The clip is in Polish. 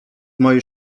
mojej